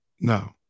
No